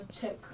Check